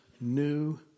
new